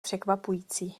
překvapující